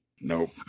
Nope